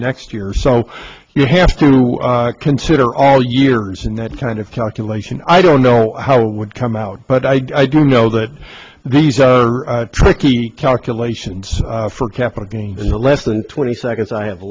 next year so you have to consider all years in that kind of calculation i don't know how would come out but i do know that these are tricky calculations for capital gains and the less than twenty seconds i have